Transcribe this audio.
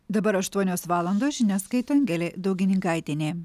dabar aštuonios valandos žinias skaito angelė daugininkaitienė